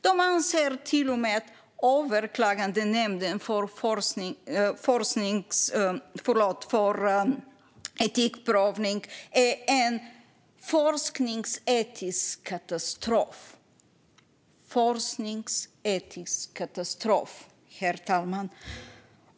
De anser till och med att Överklagandenämnden för etikprövning är en forskningsetisk katastrof - en forskningsetisk katastrof, herr talman!